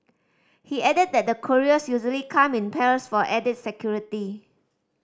he added that the couriers usually come in pairs for added security